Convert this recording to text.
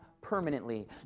permanently